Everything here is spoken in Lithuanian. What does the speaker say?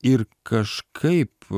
ir kažkaip